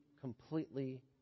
completely